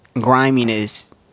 griminess